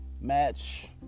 match